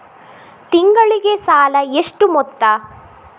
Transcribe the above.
ತಿಂಗಳಿಗೆ ಸಾಲ ಎಷ್ಟು ಮೊತ್ತ?